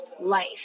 life